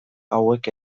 hauek